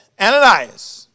Ananias